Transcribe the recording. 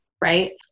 right